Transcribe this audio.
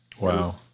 Wow